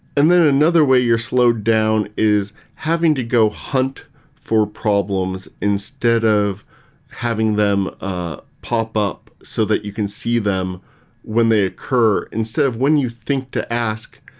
and then another way you're slowed down is having to go hunt for problems instead of having them ah popup so that you can see them when they occur instead of when you think to ask,